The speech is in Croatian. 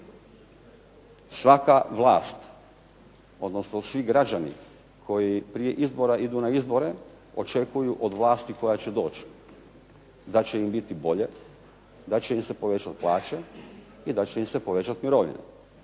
Svaka vlast odnosno svi građani koji prije izbora idu na izbore očekuju od vlasti koja će doći da će im biti bolje da će im se povećati plaće, da će im se povećati mirovine.